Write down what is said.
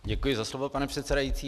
Děkuji za slovo, pane předsedající.